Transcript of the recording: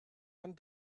and